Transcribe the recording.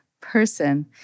person